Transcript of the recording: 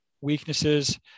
weaknesses